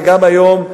וגם היום,